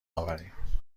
آوریم